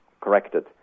corrected